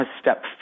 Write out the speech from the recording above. step